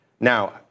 Now